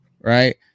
right